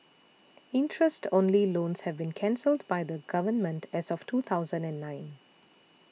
interest only loans have been cancelled by the Government as of two thousand and nine